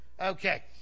Okay